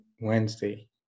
Wednesday